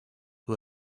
who